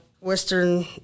Western